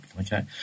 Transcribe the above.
Okay